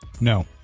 No